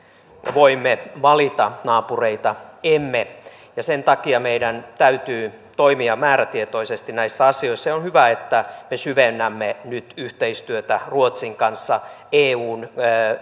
voimme valita naapureita emme ja sen takia meidän täytyy toimia määrätietoisesti näissä asioissa on hyvä että me syvennämme nyt yhteistyötä ruotsin kanssa eun